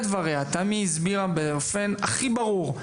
תמי הסבירה בתחילת דבריה באופן מאוד ברור,